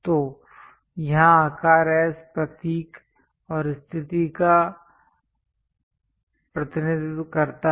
तो यहाँ आकार S प्रतीक और स्थिति का प्रतिनिधित्व करता है